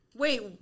Wait